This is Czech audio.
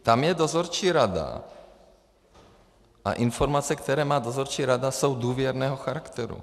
Tam je dozorčí rada a informace, které má dozorčí rada, jsou důvěrného charakteru.